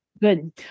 Good